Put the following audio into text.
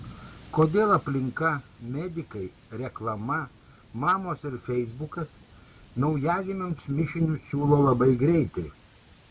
kodėl aplinka medikai reklama mamos ir feisbukas naujagimiams mišinius siūlo labai greitai